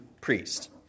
priest